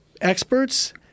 experts